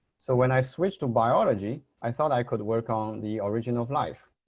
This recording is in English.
so when i switch to biology, i thought i could work on the origin of life